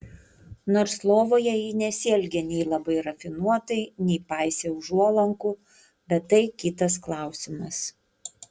nors lovoje ji nesielgė nei labai rafinuotai nei paisė užuolankų bet tai kitas klausimas